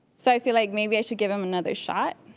so i feel like maybe i should give him another shot.